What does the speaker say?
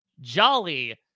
Jolly